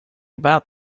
about